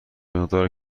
مقدار